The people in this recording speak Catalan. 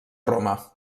roma